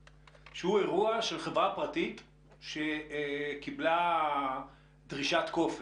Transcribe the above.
אירוע של חברה פרטית שקיבלה דרישת כופר.